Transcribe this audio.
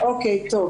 קודם כל,